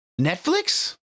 Netflix